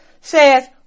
Says